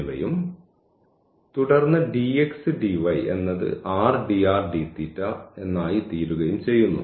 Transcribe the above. എന്നിവയും തുടർന്ന് എന്നത് എന്നായി തീരുകയും ചെയ്യുന്നു